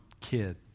kid